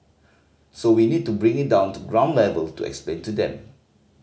so we need to bring it down to ground level to explain to them